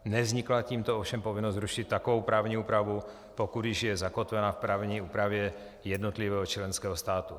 Nevznikla tímto ovšem povinnost zrušit takovou právní úpravu, pokud již je zakotvena v právní úpravě jednotlivého členského státu.